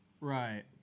Right